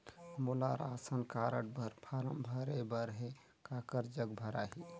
मोला ration card बर form भरे बर हे काकर जग भराही?